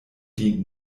dient